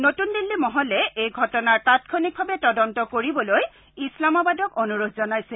নতুন দিল্লী মহলে এই ঘটনাৰ তাংক্ষণিকভাৱে তদন্ত কৰিবলৈ ইছলামাবাদক অনুৰোধ জনাইছে